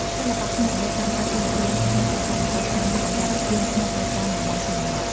សិល្បៈខ្មុកម្រ័ក្សណ៍បានដើរតួនាទីយ៉ាងសំខាន់ក្នុងការ បង្កើតការងារ សម្រាប់ជាងខ្មុកនៅតាមតំបន់ជនបទ។